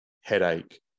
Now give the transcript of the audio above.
headache